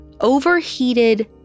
overheated